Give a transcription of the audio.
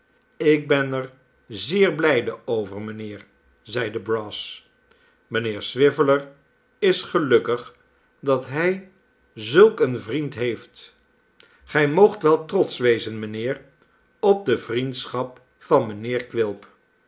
ik ben er zeer blijde over mijnheer zeide brass mynheer swiveller is gelukkig dat hij zulk een vriend heeft gij moogt wel trotsch wezen mijnheer op de vriendschap van mynheer quilp